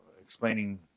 explaining